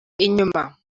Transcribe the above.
inyuma